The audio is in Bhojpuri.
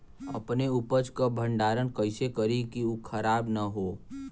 अपने उपज क भंडारन कइसे करीं कि उ खराब न हो?